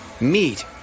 Meet